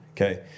Okay